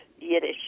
Yiddish